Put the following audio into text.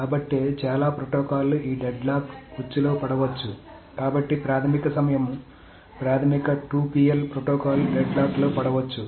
కాబట్టి చాలా ప్రోటోకాల్లు ఈ డెడ్ లాక్ ఉచ్చులో పడవచ్చు కాబట్టి ప్రాథమిక సమయం ప్రాథమిక 2 PL ప్రోటోకాల్ డెడ్ లాక్ లో పడవచ్చు